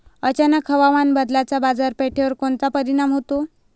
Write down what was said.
अचानक हवामान बदलाचा बाजारपेठेवर कोनचा परिणाम होतो?